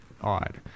odd